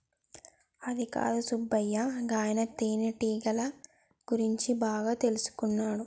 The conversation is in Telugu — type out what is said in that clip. అదికాదు సుబ్బయ్య గాయన తేనెటీగల గురించి బాగా తెల్సుకున్నాడు